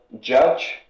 judge